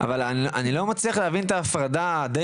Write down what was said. אבל אני לא מצליח להבין את ההפרדה הדי